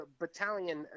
Battalion